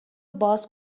باز